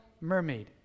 mermaid